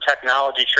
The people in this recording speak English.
technology